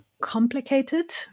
complicated